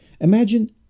Imagine